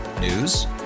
News